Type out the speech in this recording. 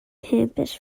campus